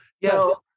Yes